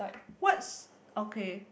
what's okay